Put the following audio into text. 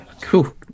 cool